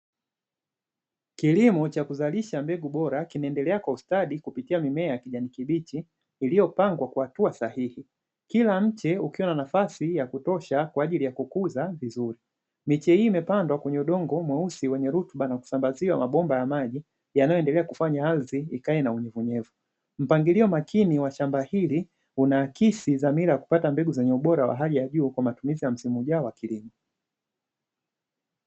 Kilimo cha kuzalisha mbegu bora kinaendelea kwa ustadi kupitia mimea ya kijani kibichi iliyopangwa kwa hatua sahihi kila mche ukiwa na nafasi ya kutosha kwa ajili ya kukua vizuri. Miche hii imepandwa kwenye udongo mweusi wenye rutuba na kusambaziwa mabomba ya maji yanayoendelea kufanya ardhi ikae na unyevu. Mpangilio mzuri wa shamba hili una akisi dhamira kupata mbegu zenye ubora wa hali ya juu kwa matumizi ya msimu ujao wa kilimo.